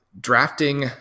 drafting